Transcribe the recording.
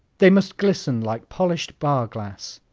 they must glisten like polished bar glass.